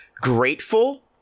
grateful